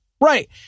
right